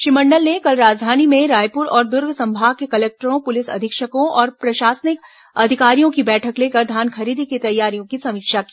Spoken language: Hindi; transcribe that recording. श्री मंडल ने कल राजधानी में रायपुर और दुर्ग संभाग के कलेक्टरों पुलिस अधीक्षकों और प्रशासनिक अधिकारियों की बैठक लेकर धान खरीदी की तैयारियों की समीक्षा की